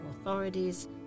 authorities